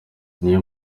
niyo